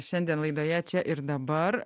šiandien laidoje čia ir dabar